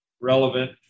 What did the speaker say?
relevant